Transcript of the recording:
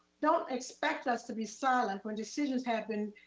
don't expect us to be silent when decisions have been,